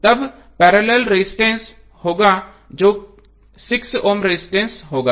और तब parallel resistance होगा जो 6 ओम रजिस्टेंस होगा